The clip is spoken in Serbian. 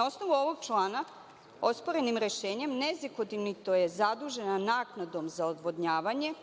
Na osnovu ovog člana, osporenim rešenjem nezakonito je zadužena naknadom za odvodnjavanje,